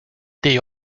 the